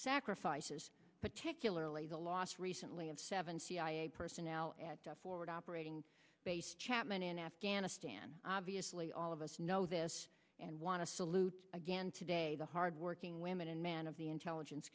sacrifices particularly the loss recently of seven cia personnel at forward operating base chapman in afghanistan obviously all of us know this and want to salute again today the hard working women and men of the intelligence